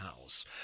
House